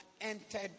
entered